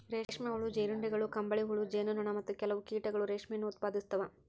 ರೇಷ್ಮೆ ಹುಳು, ಜೀರುಂಡೆಗಳು, ಕಂಬಳಿಹುಳು, ಜೇನು ನೊಣ, ಮತ್ತು ಕೆಲವು ಕೀಟಗಳು ರೇಷ್ಮೆಯನ್ನು ಉತ್ಪಾದಿಸ್ತವ